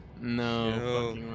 No